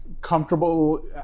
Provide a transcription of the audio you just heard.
comfortable